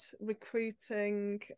recruiting